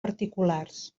particulars